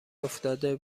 افتاده